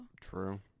True